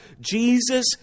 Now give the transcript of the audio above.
Jesus